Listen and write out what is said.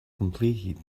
completed